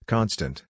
Constant